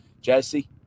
Jesse